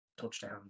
touchdown